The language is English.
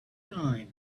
time